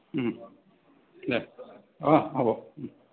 দে অঁ হ'ব